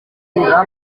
ry’umwuga